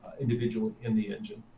individually, in the engine.